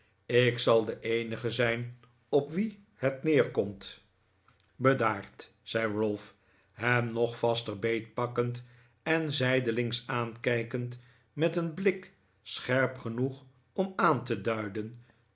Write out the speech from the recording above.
ik zal de eenige zijn op wien het neerkomt bedaard zei ralph hem nog vaster beetpakkend en zijdelings aankijkend met een blik scherp genoeg om aan te duiden